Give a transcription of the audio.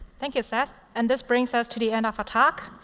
thank you, seth. and this brings us to the end of our talk.